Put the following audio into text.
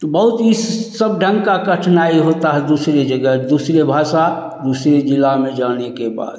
बहुत इस सब ढंग का कठिनाई होता है दूसरे जगह दूसरे भाषा दूसरे ज़िले में जाने के बाद